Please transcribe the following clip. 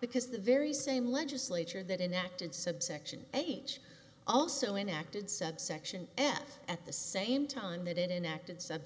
because the very same legislature that enact and subsection age also enacted subsection f at the same time that it in acted sub